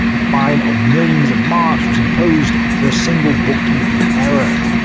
a fine of millions of marks was imposed for a single bookkeeping error.